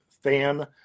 fan